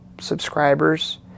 subscribers